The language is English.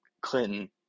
Clinton